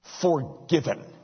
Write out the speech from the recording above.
forgiven